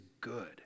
good